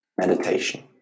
meditation